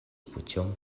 путем